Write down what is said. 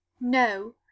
No—